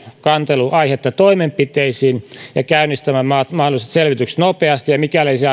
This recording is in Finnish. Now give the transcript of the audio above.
kantelu aihetta toimenpiteisiin ja käynnistämään mahdolliset selvitykset nopeasti ja mikäli se